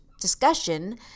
discussion